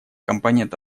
компонент